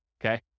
okay